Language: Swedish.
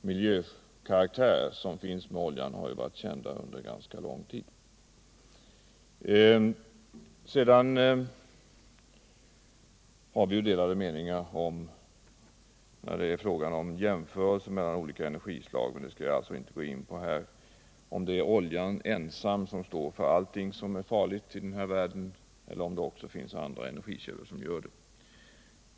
miljökaraktär som är förenade med oljan har ju varit kända under ganska lång tid. Sedan råder det delade meningar i fråga om jämförelser mellan olika energislag, om det är oljan ensam som står för allt som är farligt i den här världen eller om det också finns andra energikällor som är med — men jag skall alltså inte här gå in på det.